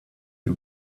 you